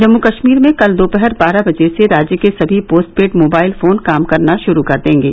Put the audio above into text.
जम्मू कश्मीर में कल दोपहर बारह बजे से राज्य के सभी पोस्ट पेड मोबाइल फोन काम करना शुरू कर देंगे